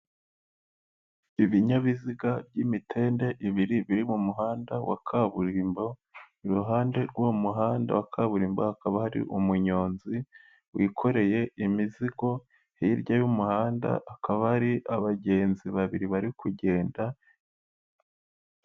Ibinyabiziga by'imitende ibiri biri mu muhanda wa kaburimbo, iruhande rw'uwo muhanda wa kaburimbo hakaba hari umunyonzi wikoreye imizigo. Hirya y'umuhanda akaba ari abagenzi babiri bari kugenda.